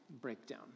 breakdown